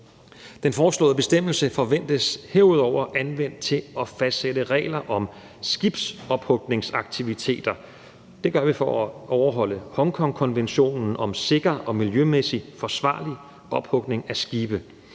Den foreslåede bestemmelse forventes herudover anvendt til at fastsætte regler om skibsophugningsaktiviteter. Det gør vi for at overholde Hongkongkonventionen om sikker og miljømæssigt forsvarlig ophugning af skibe.